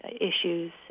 issues